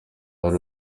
hari